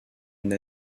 une